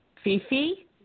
Fifi